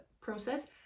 process